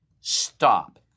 Stop